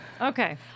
Okay